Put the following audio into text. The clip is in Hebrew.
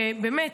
שבאמת,